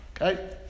Okay